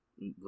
Right